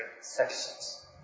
sections